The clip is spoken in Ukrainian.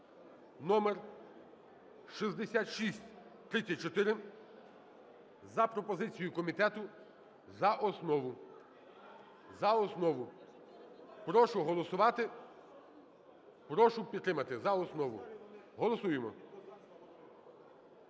(№ 6634) за пропозицією комітету за основу. За основу. Прошу голосувати. Прошу підтримати за основу. Голосуємо.